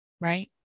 right